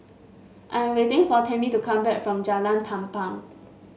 I am waiting for Tamie to come back from Jalan Tampang